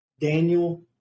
Daniel